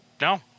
No